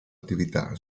attività